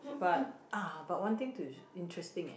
but ah but one thing to interesting leh